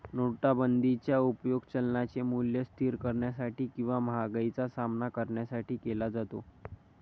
नोटाबंदीचा उपयोग चलनाचे मूल्य स्थिर करण्यासाठी किंवा महागाईचा सामना करण्यासाठी केला जातो